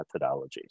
methodologies